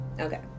okay